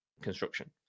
construction